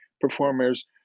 performers